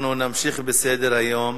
אנחנו נמשיך בסדר-היום.